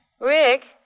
Rick